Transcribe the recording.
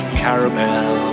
caramel